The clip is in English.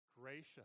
Gracious